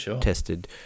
tested